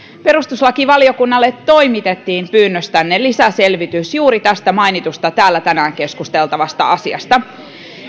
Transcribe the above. perustuslakivaliokunnalle toimitettiin pyynnöstänne lisäselvitys juuri tästä mainitusta täällä tänään keskusteltavasta asiasta